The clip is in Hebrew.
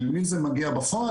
אל מי זה מגיע בפועל?